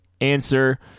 answer